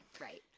Right